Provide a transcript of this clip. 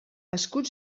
escut